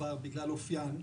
עבר בגלל אופיין,